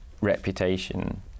reputation